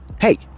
hey